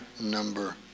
number